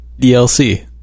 DLC